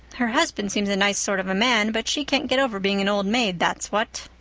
her husband seems a nice sort of a man, but she can't get over being an old maid, that's what.